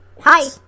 Hi